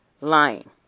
lying